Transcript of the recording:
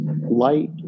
light